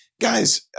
guys